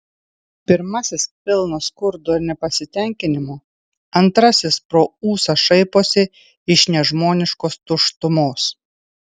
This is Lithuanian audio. pirmasis pilnas skurdo ir nepasitenkinimo antrasis pro ūsą šaiposi iš nežmoniškos tuštumos